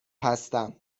هستم